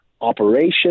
operation